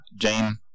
Jane